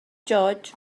george